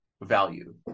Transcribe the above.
value